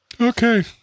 okay